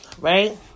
right